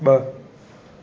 ब॒